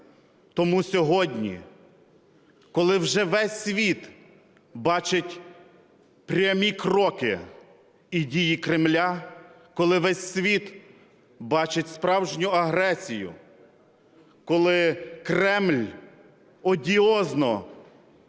Тому сьогодні, коли вже весь світ бачить прямі кроки і дії Кремля, коли весь світ бачить справжню агресію, коли Кремль одіозно